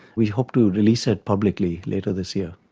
we hope to release it publicly later this year.